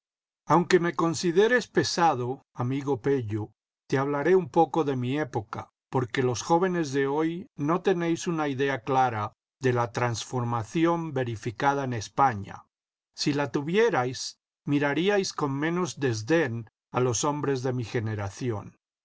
aunque me consideres pesado amigo pello te hablaré un poco de mi época porque los jóvenes de hoy no tenéis una idea clara de la transformación veriñcada en españa si la tuvierais miraríais con menos desdén a los hombres de mi generación